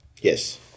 Yes